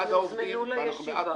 הם הוזמנו לישיבה.